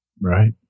Right